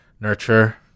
nurture